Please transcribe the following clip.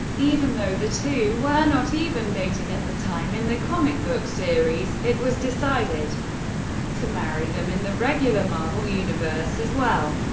even though the two were not even dating at the time in the comic book series, it was decided to marry them in the regular marvel universe as well.